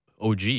OG